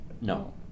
No